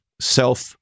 self